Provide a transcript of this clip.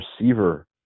receiver